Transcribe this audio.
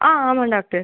ஆ ஆமாம் டாக்டர்